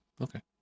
Okay